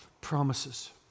promises